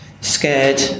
scared